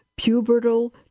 pubertal